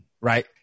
right